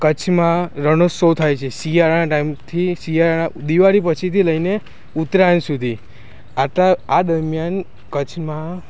કચ્છમાં રણ ઉત્સવ થાય છે શિયાળાના ટાઈમથી શિયાળાના દિવાળી પછીથી લઈને ઉતરાયણ સુધી આટલા આ દરમિયાન કચ્છમાં